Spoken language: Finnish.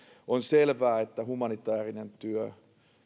on selvää että humanitäärinen työ